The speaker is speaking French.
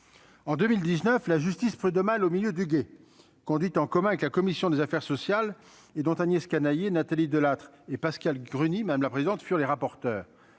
en 2019 la justice prud'homale au milieu du gué conduite en commun avec la commission des affaires sociales et dont Agnès Canayer Nathalie Delattre et Pascale Gruny, madame la présidente, fuir les rapporteurs